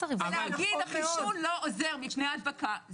אבל לומר שהחיסון לא עוזר מפני הדבקה,